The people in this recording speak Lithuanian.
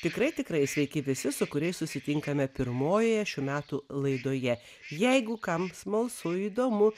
tikrai tikrai sveiki visi su kuriais susitinkame pirmojoje šių metų laidoje jeigu kam smalsu įdomu